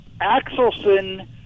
Axelson